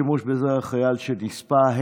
שימוש בזרע חייל שנספה),